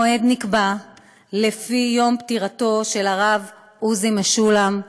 המועד נקבע לפי יום פטירתו של הרב עוזי משולם,